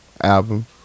album